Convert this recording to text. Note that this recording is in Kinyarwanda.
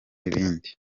ibindi